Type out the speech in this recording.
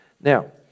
Now